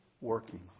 working